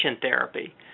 therapy